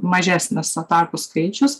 mažesnis atakų skaičius